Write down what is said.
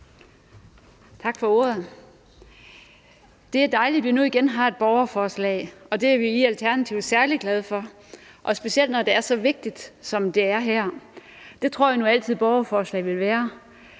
Tak for ordet. Det er dejligt, at vi nu igen har et borgerforslag. Det er vi i Alternativet særlig glade for, specielt når det er så vigtigt, som det er her. Det tror jeg nu altid borgerforslag vil være.